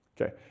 okay